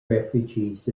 refugees